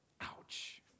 Ouch